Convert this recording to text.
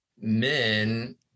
men